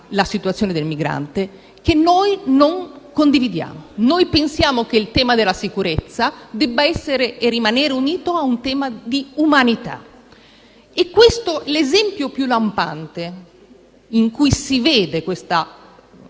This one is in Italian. la situazione del migrante, che noi non condividiamo. Noi pensiamo che il tema della sicurezza debba essere e rimanere unito a un tema di umanità. L'esempio più lampante in cui si vede questa